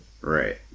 Right